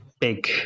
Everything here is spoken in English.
big